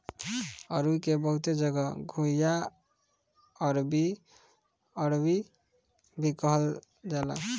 अरुई के बहुते जगह घुइयां, अरबी, अरवी भी कहल जाला